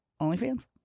OnlyFans